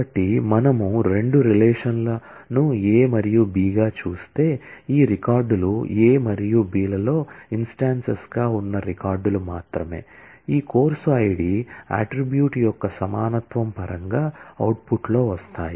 కాబట్టి మనము రెండు రిలేషన్ లను A మరియు B గా చూస్తే ఈ రికార్డులు A మరియు B లలో ఇన్స్టాన్సెస్ గా ఉన్న రికార్డులు మాత్రమే ఈ కోర్సు ఐడి అట్ట్రిబ్యూట్ యొక్క సమానత్వం పరంగా అవుట్పుట్లో వస్తాయి